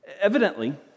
Evidently